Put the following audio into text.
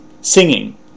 singing